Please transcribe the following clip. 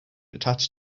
attached